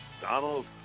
Donald